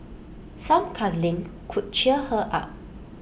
some cuddling could cheer her up